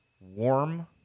warm